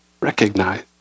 Recognize